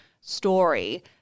story